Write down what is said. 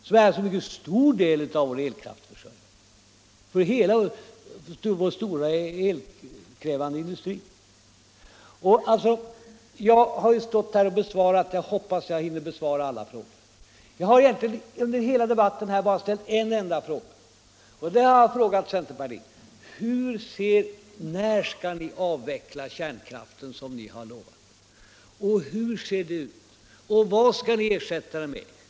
Det är alltså en mycket stor del av elkraftsförsörjningen för hela vår stora elkraftskrävande industri Jag har här besvarat en hel del frågor, och jag hoppas att jag hinner besvara alla frågor jag har fått. Jag har egentligen i min tur under hela denna debatt bara ställt en enda fråga, och det är min fråga till centern: När skall ni avveckla kärnkraften som ni har lovat? Hur ser ert program för det ut? Vad skall ni ersätta den med?